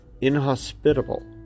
inhospitable